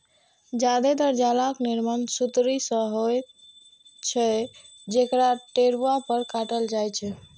जादेतर जालक निर्माण सुतरी सं होइत छै, जकरा टेरुआ पर काटल जाइ छै